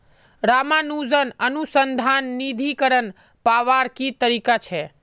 रामानुजन अनुसंधान निधीकरण पावार की तरीका छे